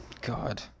God